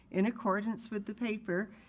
in accordance with the paper,